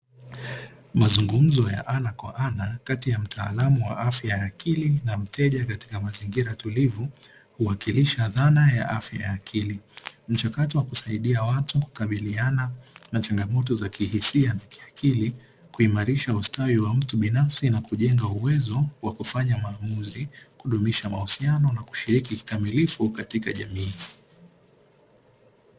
Mazungumzo ya ana kwa ana kati ya mtaalamu wa afya ya akili na mteja katika mazingira tulivu huwakilisha dhana ya afya ya akili; Mchakato wa kusaidia watu kukabiliana na changamoto za kihisia na kiakili kuimarisha ustawi wa mtu binafsi na kujenga uwezo wa kufanya maamuzi, kudumisha mahusiano na kushiriki kikamilifu katika jamii.